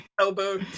elbow